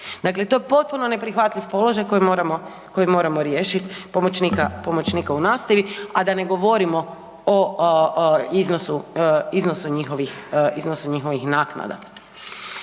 Dakle, to je potpuno neprihvatljiv položaj koji moramo riješiti pomoćnika u nastavi, a da ne govorimo o iznosu njihovih naknada.